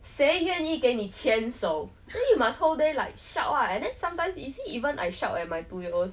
谁愿意给你牵手 then you must whole day like shout ah and then sometimes you see even I shout at my two year old